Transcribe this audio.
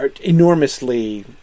enormously